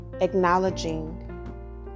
acknowledging